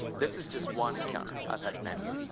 this is just one encounter. i've had many.